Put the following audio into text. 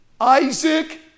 Isaac